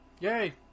Yay